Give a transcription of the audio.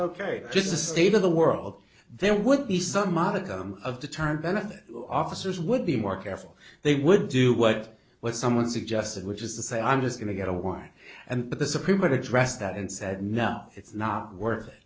state of the world there would be some modicum of the term benefit officers would be more careful they would do what what someone suggested which is to say i'm just going to get a one and the supreme addressed that and said no it's not worth it